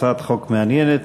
הצעת חוק מעניינת.